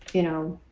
you know,